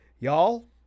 Y'all